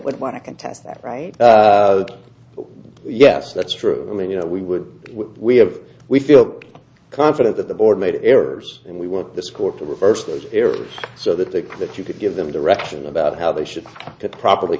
would want to contest that right yes that's true i mean you know we would we have we feel confident that the board made errors and we want this court to reverse those errors so that they that you could give them direction about how they should to properly